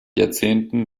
jahrzehnten